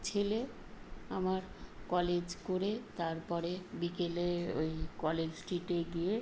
ছেলে আমার কলেজ করে তারপরে বিকেলে ওই কলেজ স্ট্রিটে গিয়ে